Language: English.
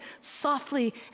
softly